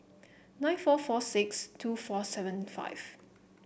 nine four four six two four seven five